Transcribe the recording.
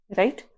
right